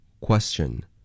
Question